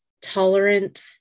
tolerant